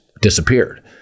disappeared